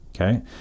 Okay